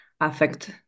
affect